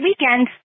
weekend